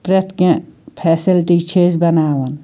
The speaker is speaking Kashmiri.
پرٛیٚتھ کیٚنٛہہ فیسَلٹی چھِ أسۍ بَناوان